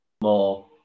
more